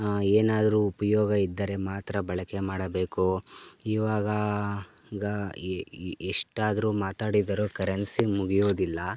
ಏನಾದರು ಉಪಯೋಗ ಇದ್ದರೆ ಮಾತ್ರ ಬಳಕೆ ಮಾಡಬೇಕು ಇವಾಗ ಗ ಎಷ್ಟಾದರು ಮಾತಾಡಿದರು ಕರೆನ್ಸಿ ಮುಗಿಯೋದಿಲ್ಲ